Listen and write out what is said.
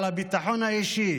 על הביטחון האישי